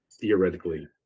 theoretically